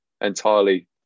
entirely